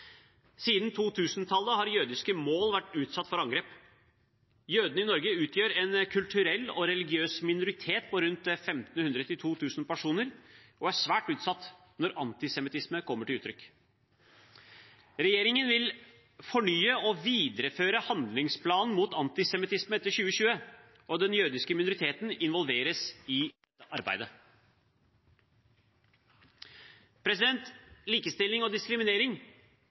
Siden 2000-tallet har jødiske mål vært utsatt for angrep. Jødene i Norge utgjør en kulturell og religiøs minoritet på rundt 1 500–2 000 personer og er svært utsatt når antisemittisme kommer til uttrykk. Regjeringen vil fornye og videreføre handlingsplanen mot antisemittisme til 2020, og den jødiske minoriteten involveres i arbeidet. Likestilling og diskriminering